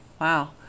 wow